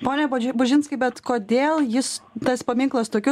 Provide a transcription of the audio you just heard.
pone bužinskai bet kodėl jis tas paminklas tokiu